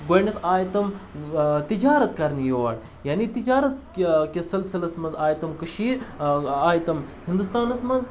گۄڈنٮ۪تھ آے تم تجارت کَرنہِ یور یعنے تجارت کہِ سِلسِلَس منٛز آے تم کٔشیٖرِ آے تٕم ہِندوستانَس منٛز